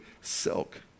silk